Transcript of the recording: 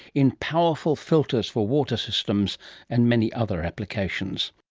in powerful filters for water systems and many other applications